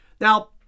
Now